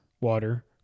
water